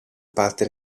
parte